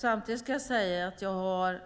Samtidigt ska jag säga att jag har